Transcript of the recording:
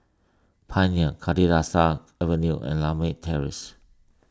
Pioneer Kalidasa Avenue and Lakme Terrace